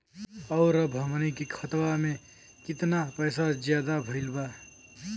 और अब हमनी के खतावा में कितना पैसा ज्यादा भईल बा?